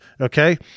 Okay